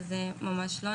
אז ממש לא,